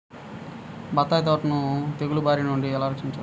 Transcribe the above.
బత్తాయి తోటను తెగులు బారి నుండి ఎలా రక్షించాలి?